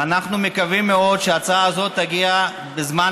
ואנחנו מקווים מאוד שההצעה הזאת תגיע בזמן